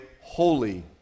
holy